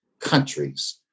Countries